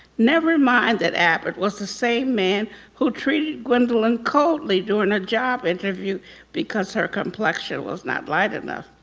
never mind that abbott was the same man who treated gwendolyn coldly during a job interview because her complexion was not light enough.